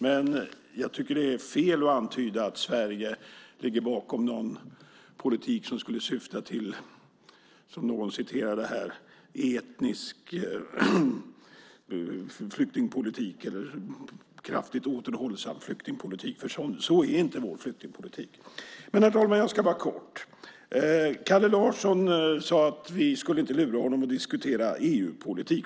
Men jag tycker att det är fel att antyda att Sverige ligger bakom någon politik som skulle syfta till etnisk flyktingpolitik eller kraftigt återhållsam flyktingpolitik, som någon sade här. Sådan är inte vår flyktingpolitik. Herr talman! Jag ska fatta mig kort. Kalle Larsson sade att vi inte skulle lura honom att diskutera EU-politik.